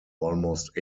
almost